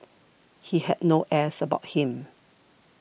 he had no airs about him